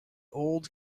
old